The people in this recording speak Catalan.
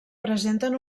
presenten